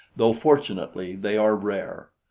though fortunately they are rare.